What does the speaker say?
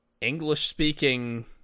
English-speaking